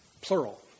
plural